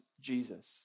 Jesus